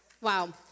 wow